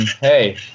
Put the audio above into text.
hey